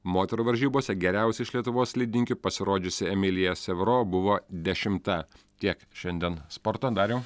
moterų varžybose geriausiai iš lietuvos slidininkių pasirodžiusi emilija severo buvo dešimta tiek šiandien sporto dariau